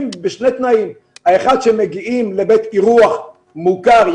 בשני תנאים - האחד הוא שכאשר מגיעים לבית אירוח מוכר,